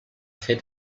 fer